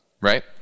right